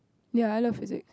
ya I love physic